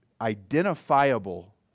identifiable